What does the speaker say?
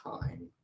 time